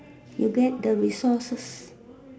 you get the resources